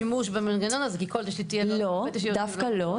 דווקא לא,